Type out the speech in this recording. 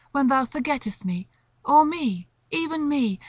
when thou forgettest me or me, even me,